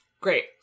great